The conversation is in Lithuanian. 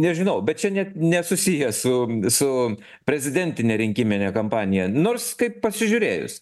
nežinau bet čia net nesusiję su su prezidentine rinkimine kampanija nors kaip pasižiūrėjus